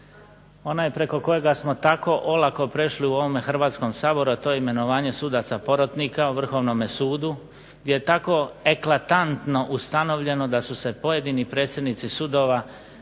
onaj preko kojega smo tako olako prešli u ovome Hrvatskom saboru, a to je imenovanje sudaca porotnika u Vrhovnome sudu, gdje je tako eklatantno ustanovljeno da su se pojedini predsjednici sudova